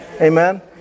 Amen